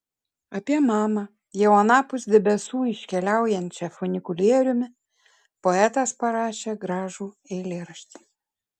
apie mamą jau anapus debesų iškeliaujančią funikulieriumi poetas parašė gražų eilėraštį